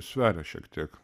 sveria šiek tiek